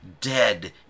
dead